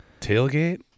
Tailgate